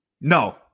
No